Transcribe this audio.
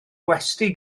gwesty